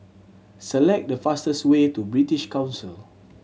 select the fastest way to British Council